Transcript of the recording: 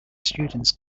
students